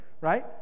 right